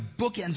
bookends